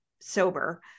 sober